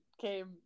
came